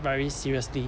very seriously